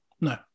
No